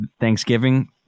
Thanksgiving